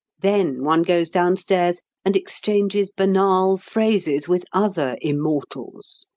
then one goes downstairs and exchanges banal phrases with other immortals.